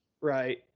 Right